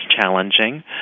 challenging